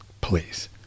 please